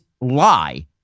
lie